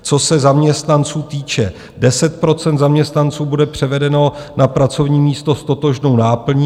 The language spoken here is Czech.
Co se zaměstnanců týče, 10 % zaměstnanců bude převedeno na pracovní místo s totožnou náplní.